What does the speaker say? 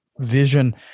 vision